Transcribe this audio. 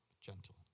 gentle